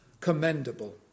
commendable